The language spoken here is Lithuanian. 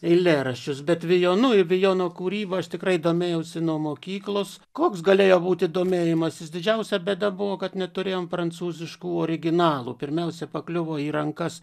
eilėraščius bet vijonu ir vijono kūryba aš tikrai domėjausi nuo mokyklos koks galėjo būti domėjimasis didžiausia bėda buvo kad neturėjom prancūziškų originalų pirmiausia pakliuvo į rankas